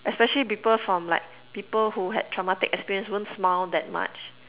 especially people from like people who had traumatic experience won't smile that much